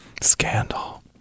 scandal